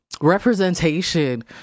representation